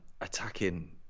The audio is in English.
attacking